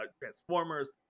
Transformers